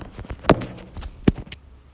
actually like he's